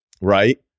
right